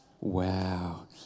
Wow